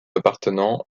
appartenant